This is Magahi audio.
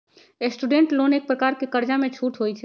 स्टूडेंट लोन एक प्रकार के कर्जामें छूट होइ छइ